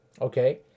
okay